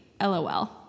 LOL